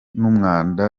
n’umwanda